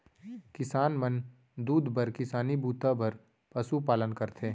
किसान मन दूद बर किसानी बूता बर पसु पालन करथे